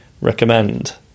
recommend